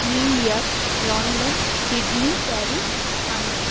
new York London Sydney Paris San Jos